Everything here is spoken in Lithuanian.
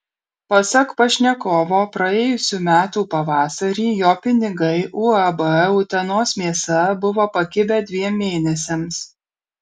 pasak pašnekovo praėjusių metų pavasarį jo pinigai uab utenos mėsa buvo pakibę dviem mėnesiams